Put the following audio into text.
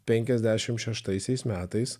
penkiasdešim šeštaisiais metais